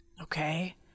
okay